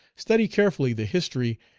study carefully the history,